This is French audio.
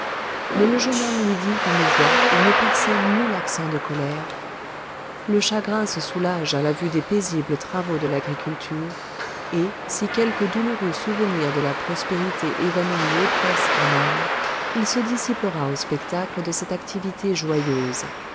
mais le jeune homme lui dit d'une voix où ne perçait nul accent de colère le chagrin se soulage à la vue des paisibles travaux de l'agriculture et si quelque douloureux souvenir de la prospérité évanouie oppresse ton âme il se dissipera au spectacle de cette activité joyeuse